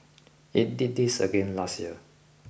it did this again last year